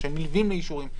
או שהם נלווים לאישורים,